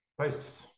Peace